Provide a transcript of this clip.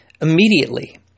immediately